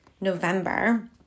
November